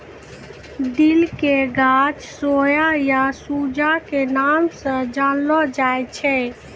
दिल के गाछ सोया या सूजा के नाम स जानलो जाय छै